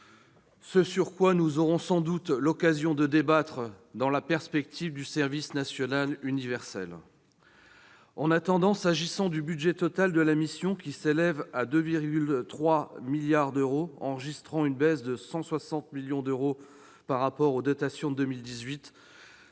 ce sur quoi nous aurons sans doute l'occasion de débattre dans la perspective du service national universel. En attendant, le budget total de la mission s'élève à 2,3 milliards d'euros, ce qui représente une baisse d'environ 160 millions par rapport à la dotation de 2018.